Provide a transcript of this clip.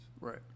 right